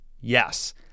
yes